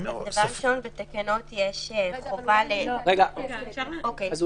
לפי הסדר.